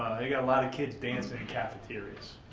you got a lot of kids dancing in cafeterias.